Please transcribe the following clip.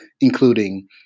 including